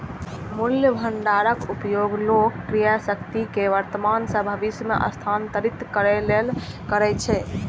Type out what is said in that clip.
मूल्य भंडारक उपयोग लोग क्रयशक्ति कें वर्तमान सं भविष्य मे स्थानांतरित करै लेल करै छै